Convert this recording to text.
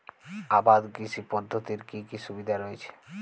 আবাদ কৃষি পদ্ধতির কি কি সুবিধা রয়েছে?